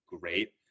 great